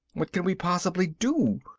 what can we possibly do?